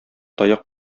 таяк